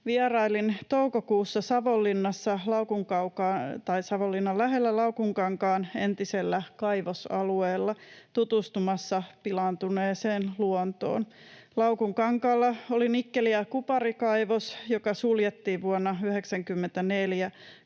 Vierailin toukokuussa Savonlinnan lähellä Laukunkankaan entisellä kaivosalueella tutustumassa pilaantuneeseen luontoon. Laukunkankaalla oli nikkeli- ja kuparikaivos, joka suljettiin vuonna 94,